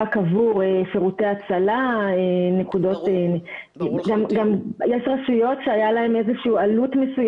נקודה נוספת אחרונה שאני רוצה להעלות,